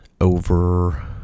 Over